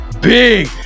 Big